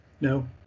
No